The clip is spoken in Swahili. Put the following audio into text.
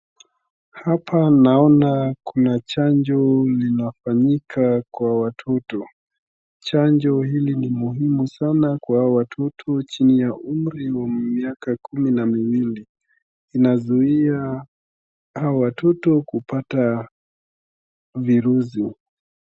Hapa naona kuna chanjo linafanyika kwa watoto. Chanjo hili ni muhimu sana kwa watoto chini ya umri wa miaka kumi na miwili. Linazuia watoto hawa watoto kupata virusi.